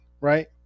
right